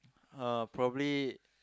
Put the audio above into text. uh probably